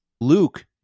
Luke